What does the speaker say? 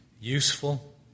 Useful